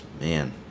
Man